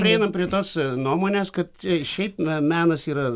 prieinam prie tos nuomonės kad šiaip na menas yra